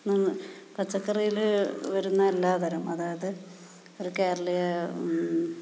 പച്ചക്കറിയിൽ വരുന്ന എല്ലാത്തരം അതായത് ഒരു കേരളീയ